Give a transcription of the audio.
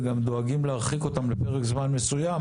וגם דואגים להרחיק אותם לפרק זמן מסוים